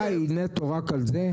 הוועדה היא נטו רק על זה או כללית?